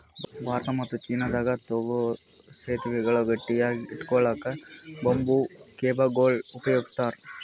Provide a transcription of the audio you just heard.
ಭಾರತ ಮತ್ತ್ ಚೀನಾದಾಗ್ ತೂಗೂ ಸೆತುವೆಗಳ್ ಗಟ್ಟಿಯಾಗ್ ಹಿಡ್ಕೊಳಕ್ಕ್ ಬಂಬೂ ಕೇಬಲ್ಗೊಳ್ ಉಪಯೋಗಸ್ತಾರ್